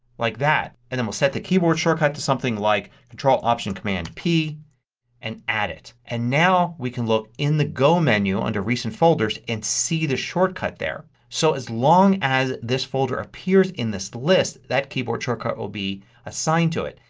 like that. and then we'll set the keyboard shortcut to something like control option command p and add it. and now we can look in the go menu under recent folders and see the shortcut there. so as long as this folder appears in this list that keyboard shortcut will be assigned to it.